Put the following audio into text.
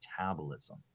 metabolism